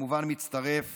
וכמובן מצטרף